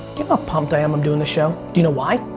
ah pumped i am i'm doin' this show? do you know why?